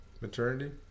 Maternity